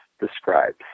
describes